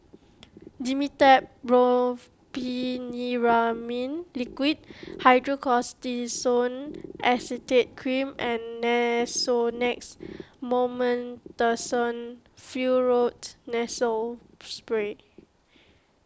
Dimetapp Brompheniramine Liquid Hydrocortisone Acetate Cream and Nasonex Mometasone Furoate Nasal Spray